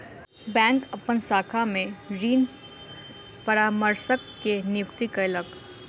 bank अपन शाखा में ऋण परामर्शक के नियुक्ति कयलक